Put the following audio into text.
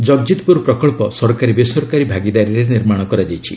ଜଗଜିତପୁର ପ୍ରକଳ୍ପ ସରକାରୀ ବେସରକାରୀ ଭାଗିଦାରୀରେ ନିର୍ମାଣ କରାଯାଇଛି